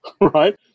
right